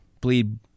bleed